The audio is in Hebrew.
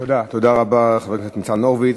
תודה רבה, חבר הכנסת ניצן הורוביץ.